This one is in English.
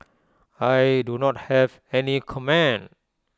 I do not have any comment